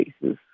cases